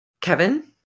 kevin